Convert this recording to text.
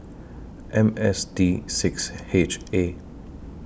M S D six H A